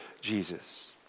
Jesus